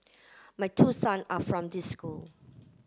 my two son are from this school